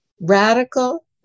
radical